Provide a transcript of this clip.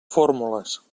fórmules